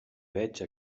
veig